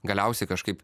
galiausiai kažkaip